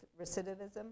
recidivism